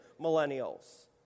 millennials